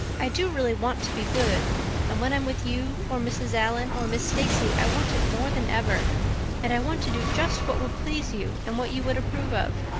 i do really want to be good and when i'm with you or mrs. allan or miss stacy i want it more than ever and i want to do just what would please you and what you would approve of.